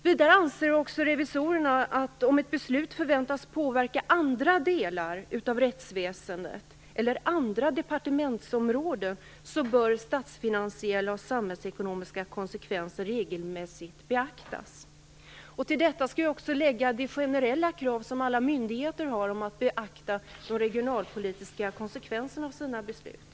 Vidare anser också revisorerna att om ett beslut förväntas påverka andra delar av rättsväsendet eller andra departementsområden, bör statsfinansiella och samhällsekonomiska konsekvenser regelmässigt beaktas. Till detta skall också läggas det generella krav som ställs på alla myndigheter om att beakta de regionalpolitiska konsekvenserna av sina beslut.